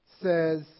Says